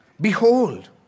Behold